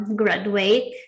graduate